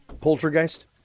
Poltergeist